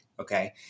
Okay